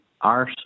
art